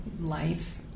life